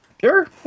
Sure